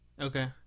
okay